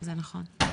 אוקי,